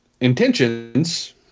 intentions